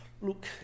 look